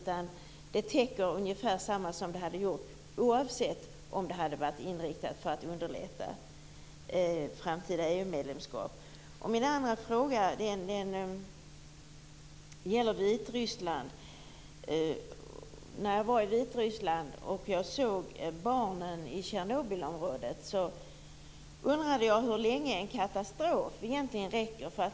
Täcker det ungefär samma saker som det hade gjort om det inte hade varit inriktat på att underlätta framtida EU-medlemskap? Min andra fråga gäller Vitryssland. När jag var i Vitryssland såg jag barnen i Tjernobylområdet. Då undrade jag hur länge en katastrof egentligen varar.